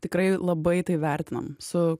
tikrai labai tai vertinam su